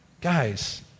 guys